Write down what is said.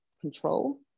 control